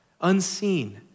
unseen